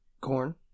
Corn